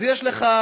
אז יש לך,